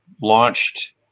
launched